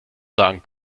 sagen